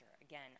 Again